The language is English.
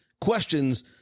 questions